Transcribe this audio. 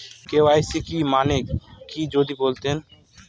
KYC মানে কি যদি বলতেন?